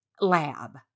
lab